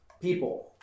people